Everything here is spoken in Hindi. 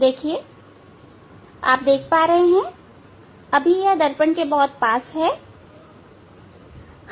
देखिए क्या आप देख सकते हैं कि अब यह दर्पण के बहुत पास है